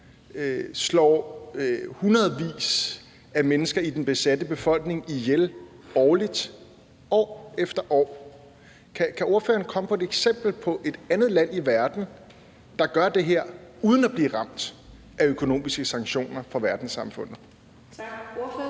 slår hundredvis af mennesker i den besatte befolkning ihjel årligt, år efter år? Kan ordføreren komme på et eksempel på et andet land i verden, der gør det her uden at blive ramt af økonomiske sanktioner fra verdenssamfundet? Kl.